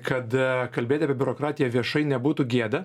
kad kalbėti apie biurokratiją viešai nebūtų gėda